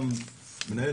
גם מנהל.